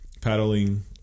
paddling